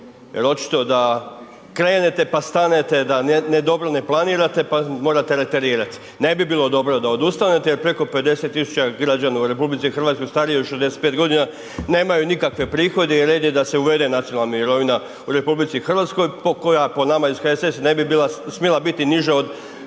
jer očito da krenete pa stanete, da dobro ne planirate pa morate reterirati. Ne bi bilo dobro da odustanete jer preko 50 000 građana u RH starije od 65 nemaju nikakve prihode i red je da se uvede nacionalna mirovina u RH koja po nama iz HSS-a ne bi smjela biti niža od praga